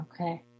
Okay